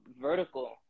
vertical